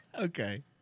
Okay